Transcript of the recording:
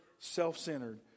self-centered